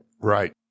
Right